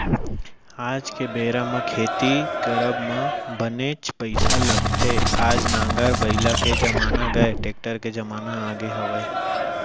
आज के बेरा म खेती करब म बनेच पइसा लगथे आज नांगर बइला के जमाना गय टेक्टर के जमाना आगे हवय